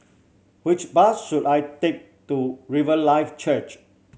which bus should I take to Riverlife Church